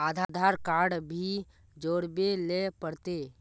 आधार card भी जोरबे ले पड़ते?